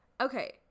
Okay